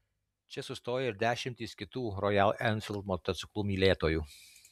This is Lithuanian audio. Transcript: čia sustoja ir dešimtys kitų rojal enfild motociklų mylėtojų